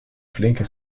flinke